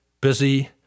busy